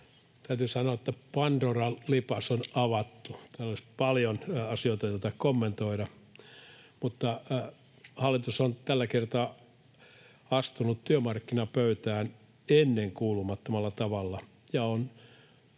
Täytyy sanoa, että pandoran lipas on avattu. Täällä olisi paljon asioita, joita kommentoida, mutta hallitus on tällä kertaa astunut työmarkkinapöytään ennenkuulumattomalla tavalla